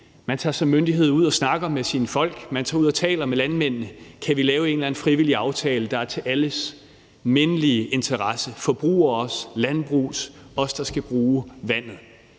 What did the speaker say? at man som myndighed tager ud og snakker med sine folk, at man tager ud og taler med landmændene om, om man kan lave en eller anden frivillig aftale, der mindeligt er i alles interesse – forbrugere, landbrug, os, der skal bruge vandet.